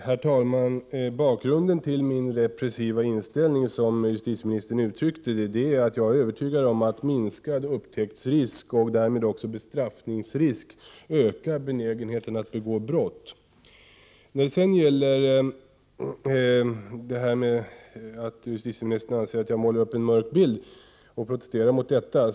Herr talman! Bakgrunden till min repressiva inställning, som justitieministern uttryckte det, är att jag är övertygad om att minskad upptäcktsrisk, och därmed också minskad bestraffningsrisk, ökar benägenheten att begå brott. Justitieminsitern anser att jag målar upp en mörk bild och protesterar mot detta.